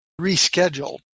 rescheduled